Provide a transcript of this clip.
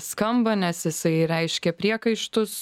skamba nes jisai reiškė priekaištus